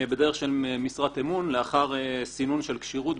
בדרך של משרת אמון לאחר סינון של כשירות,